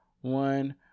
one